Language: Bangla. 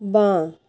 বাঁ